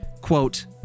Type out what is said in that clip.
quote